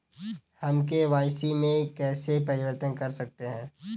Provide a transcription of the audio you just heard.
हम के.वाई.सी में कैसे परिवर्तन कर सकते हैं?